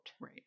Right